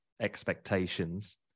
expectations